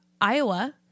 iowa